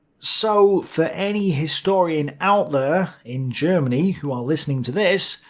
so, for any historian out there in germany who are listening to this,